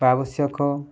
ବା ଆବଶ୍ୟକ